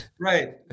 Right